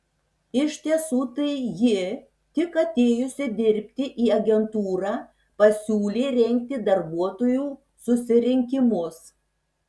iš tiesų tai ji tik atėjusi dirbti į agentūrą pasiūlė rengti darbuotojų susirinkimus